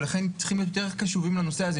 ולכן צריך להיות יותר קשובים לנושא הזה.